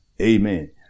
Amen